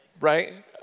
Right